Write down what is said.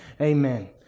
Amen